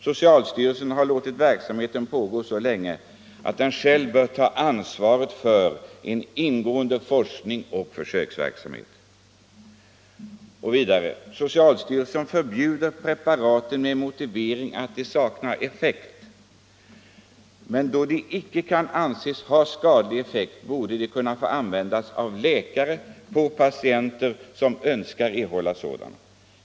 Socialstyrelsen har låtit verksamheten pågå så länge att den själv bör ta ansvaret för en ingående forsknings och försöksverksamhet. Socialstyrelsen förbjuder preparaten med motiveringen att de saknar effekt, men då de icke kan anses ha skadlig effekt, borde de kunna få användas av läkare på de patienter som önskar erhålla sådana medel.